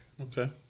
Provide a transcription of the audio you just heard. okay